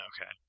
Okay